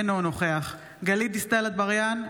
אינו נוכח גלית דיסטל אטבריאן,